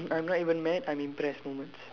I'm not even mad I'm impressed woman